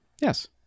Yes